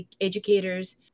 educators